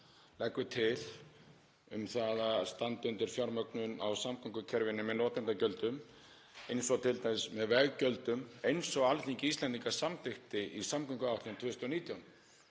leggur til til að standa undir fjármögnun á samgöngukerfinu með notendagjöldum, eins og t.d. með veggjöldum, eins og Alþingi Íslendinga samþykkti í samgönguáætlun 2019,